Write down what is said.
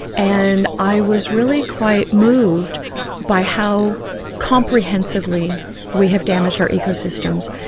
and i was really quite moved by how comprehensively we have damaged our ecosystems.